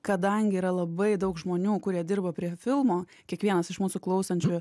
kadangi yra labai daug žmonių kurie dirba prie filmo kiekvienas iš mūsų klausančių